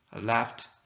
left